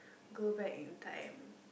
go back in time